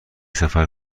سفر